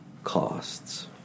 costs